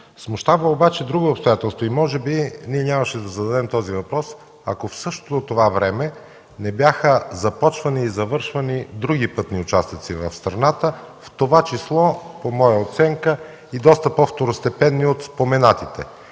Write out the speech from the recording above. Смущава обаче друго обстоятелство. Може би ние нямаше да зададем този въпрос, ако в същото време не бяха започвани и завършвани други пътни участъци в страната, в това число по моя оценка – и доста по-второстепенни от споменатите,